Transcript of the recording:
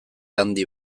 handi